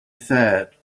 said